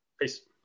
Peace